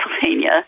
Pennsylvania